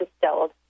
distilled